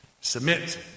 submit